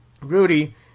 Rudy